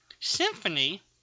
symphony